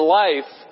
life